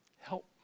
Help